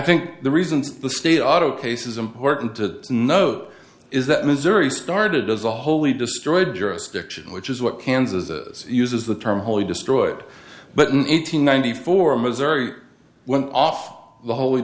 think the reasons the state auto case is important to note is that missouri started as a wholly destroyed jurisdiction which is what kansas uses the term wholly destroyed button in hundred ninety four missouri went off the holy